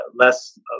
less